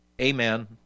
Amen